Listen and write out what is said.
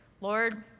lord